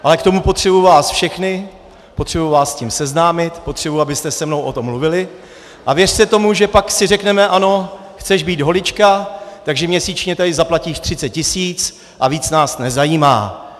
Ale k tomu potřebuji vás všechny, potřebuji vás s tím seznámit, potřebuji, abyste se mnou o tom mluvili, a věřte tomu, že pak si řekneme: ano, chceš být holička, takže měsíčně tady zaplatíš 30 tisíc a víc nás nezajímá.